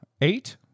Eight